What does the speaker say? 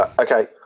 Okay